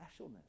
specialness